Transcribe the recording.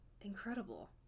incredible